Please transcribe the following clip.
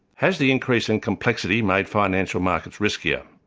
has the increase in complexity made financial markets riskier?